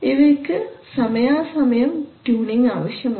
ഇവയ്ക്ക് സമയാസമയം ട്യൂണിങ് ആവശ്യമുണ്ട്